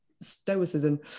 Stoicism